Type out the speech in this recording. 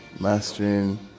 mastering